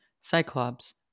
Cyclops